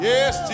Yes